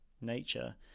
nature